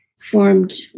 formed